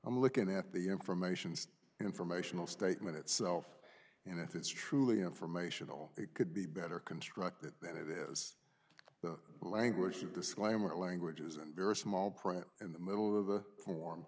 i'm looking at the information informational statement itself and if it's truly informational it could be better construct that that is the language of disclaimer at languages and very small print in the middle of the form